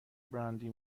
براندی